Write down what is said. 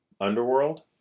Underworld